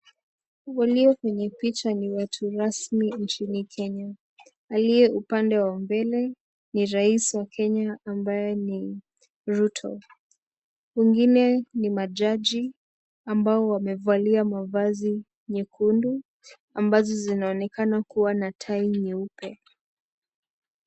Walio kwenye picha ni watu rasmi Kenya, aliye upande wa mbele rais wa Kenya ambaye ni Ruto, wengine ni majaji ambao wamevalia mavazi mekundu ambazo zinaonekana kuwa na tai nyeupe.